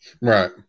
Right